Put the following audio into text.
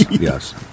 yes